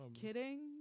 kidding